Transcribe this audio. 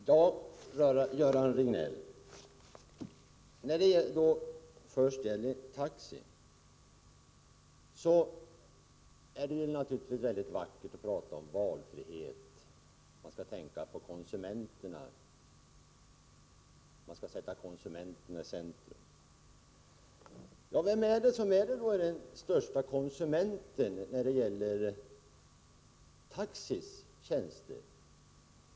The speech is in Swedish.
Herr talman! Först några ord till Göran Riegnell när det gäller taxi. Det är naturligtvis vackert att prata om valfrihet — man skall tänka på konsumenterna, man skall sätta konsumenterna i centrum. Vem är det då som är den största konsumenten när det gäller taxis tjänster?